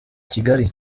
kigali